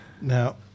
Now